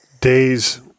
days